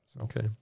Okay